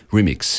Remix